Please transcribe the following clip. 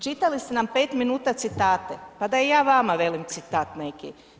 Čitali ste nam 5 minuta citate, pa da i ja vama velim citat neki.